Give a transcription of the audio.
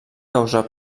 causar